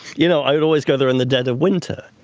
you know i would always go there in the dead of winter.